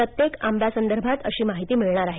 प्रत्येक आंब्यासंदर्भात अशी माहिती मिळणार आहे